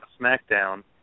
SmackDown